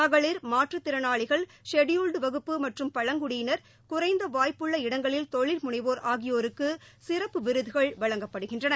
மகளிர் மாற்றுத் திறனாளிகள் ஷெடியூல்டு வகுப்பு மற்றும் பழங்குடியினர் குறைந்த வாய்ப்புள்ள இடங்களில் தொழில் முனைவோர் ஆகியோருக்கு சிறப்பு விருதுகள் வழங்கப்படுகின்றன